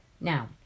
Now